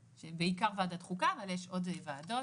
בעיקר ועדת חוקה אבל יש עוד ועדות,